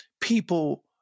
people